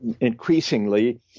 increasingly